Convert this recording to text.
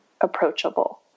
approachable